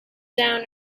down